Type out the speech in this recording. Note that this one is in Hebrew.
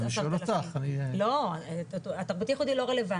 אני שואל אותך --- התרבותי ייחודי לא רלבנטי.